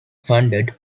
funded